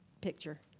picture